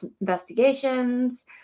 Investigations